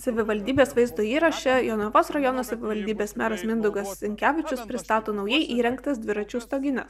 savivaldybės vaizdo įraše jonavos rajono savivaldybės meras mindaugas sinkevičius pristato naujai įrengtas dviračių stogines